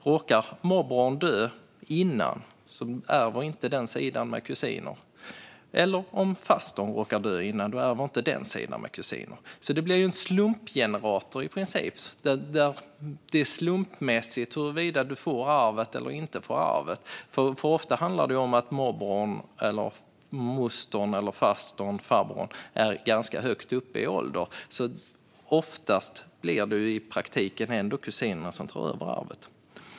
Råkar morbrodern dö innan ärver inte den sidan med kusiner, och om fastern råkar dö innan ärver inte den sidan med kusiner. Det blir i princip en slumpgenerator, alltså att det blir slumpmässigt huruvida man får ett arv eller inte. Ofta handlar det ju om att morbrodern, mostern, fastern eller farbrodern har en ganska hög ålder. Oftast blir det därför i praktiken ändå kusinerna som tar över arvet.